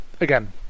again